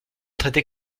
traités